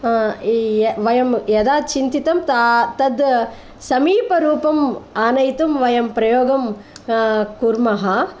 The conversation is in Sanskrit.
वयं यदा चिन्तितं त तत् समीपरूपम् आनेतुं वयं प्रयोगं कुर्मः